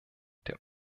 der